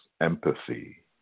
empathy